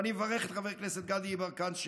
ואני מברך את חבר הכנסת גדי יברקן,